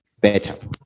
better